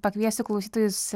pakviesiu klausytojus